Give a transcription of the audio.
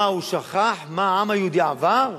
מה, הוא שכח מה העם היהודי עבר?